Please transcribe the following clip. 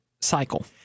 cycle